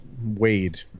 wade